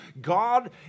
God